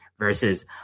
Versus